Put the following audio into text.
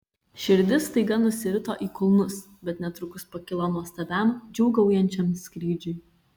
širdis staiga nusirito į kulnus bet netrukus pakilo nuostabiam džiūgaujančiam skrydžiui